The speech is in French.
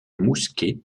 mousquets